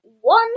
one